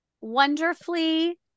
wonderfully